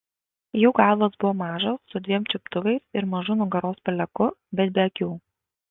jų galvos buvo mažos su dviem čiuptuvais ir mažu nugaros peleku bet be akių